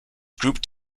grouped